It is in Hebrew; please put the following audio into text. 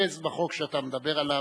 תתרכז בחוק שאתה מדבר עליו.